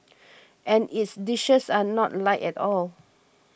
and its dishes are not light at all